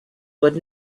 would